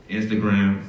Instagram